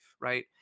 right